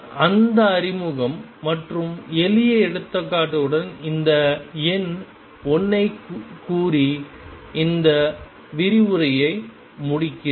அந்த அறிமுகம் மற்றும் எளிய எடுத்துக்காட்டுடன் இந்த எண் 1 ஐக் கூறி இந்த விரிவுரையை முடிக்கிறேன்